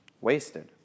wasted